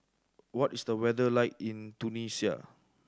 what is the weather like in Tunisia